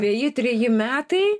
veji treji metai